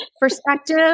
perspective